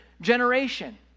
generation